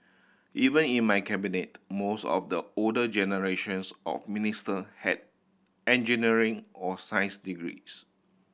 even in my Cabinet most of the older generations of minister had engineering or science degrees